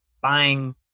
buying